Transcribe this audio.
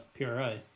PRI